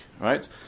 right